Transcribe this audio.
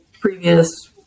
previous